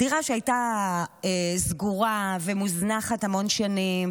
דירה שהייתה סגורה ומוזנחת המון שנים,